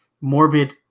morbid